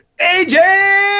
AJ